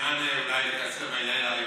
מעוניין אולי לקצר בעניין ההלכתי?